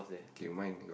okay mine got